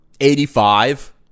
Eighty-five